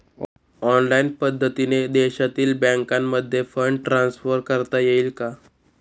Online पद्धतीने देशातील बँकांमध्ये फंड ट्रान्सफर करता येईल का?